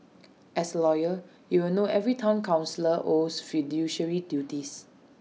as A lawyer you will know every Town councillor owes fiduciary duties